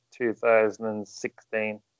2016